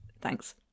Thanks